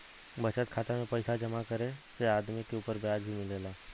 बचत खाता में पइसा जमा करे से आदमी के उपर ब्याज भी मिलेला